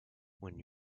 when